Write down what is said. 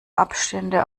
abstehende